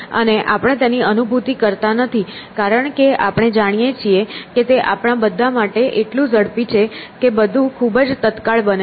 અને આપણે તેની અનુભૂતિ કરતા નથી કારણ કે આપણે જાણીએ છીએ કે તે આપણા બધા માટે એટલું ઝડપી છે કે બધું ખૂબ જ તત્કાળ બને છે